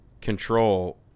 control